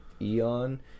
Eon